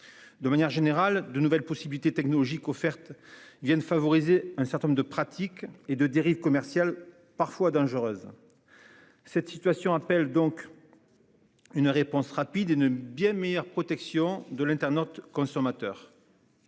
De manière générale, de nouvelles possibilités technologiques offertes. Ils viennent favoriser un certain nombre de pratiques et de dérives commerciales parfois dangereuses. Cette situation appelle donc. Une réponse rapide et une bien meilleure protection de l'internaute consommateur.